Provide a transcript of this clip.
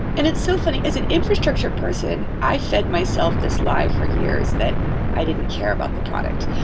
and it's so funny, as an infrastructure person, i fed myself this lie for years that i didn't care about the product.